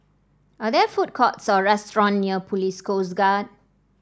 are there food courts or restaurant near Police Coast Guard